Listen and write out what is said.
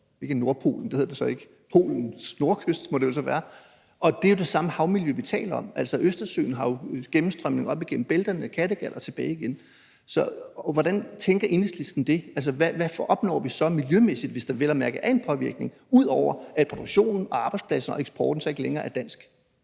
ikke Nordpolen, det hedder det så ikke – men ud for Polens nordkyst, må det jo så være? Og det er jo det samme havmiljø, vi taler om. Østersøen har jo gennemstrømning op igennem bælterne og Kattegat og tilbage igen. Så hvordan tænker Enhedslisten det? Hvad opnår vi så miljømæssigt, hvis der vel at mærke er en påvirkning, ud over at produktionen, arbejdspladserne og eksporten så ikke længere er dansk?